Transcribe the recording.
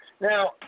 Now